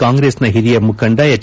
ಕಾಂಗ್ರೆಸ್ ಹಿರಿಯ ಮುಖಂಡ ಎಚ್